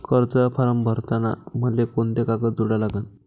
कर्जाचा फारम भरताना मले कोंते कागद जोडा लागन?